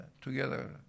together